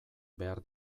behar